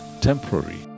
temporary